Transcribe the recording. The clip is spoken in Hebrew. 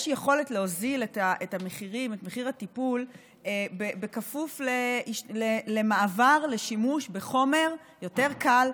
יש יכולת להוזיל את הטיפול בכפוף למעבר לשימוש בחומר יותר קל,